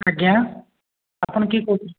ଆଜ୍ଞା ଆପଣ କିଏ କହୁଛନ୍ତି